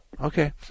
Okay